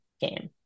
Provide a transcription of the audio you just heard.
game